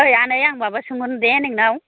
ओइ आनै आं माबा सोंहरनि दे नोंनाव